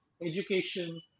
education